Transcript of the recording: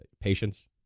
Patience